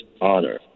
honor